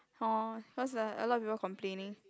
hor cause a a lot of people complaining